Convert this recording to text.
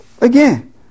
again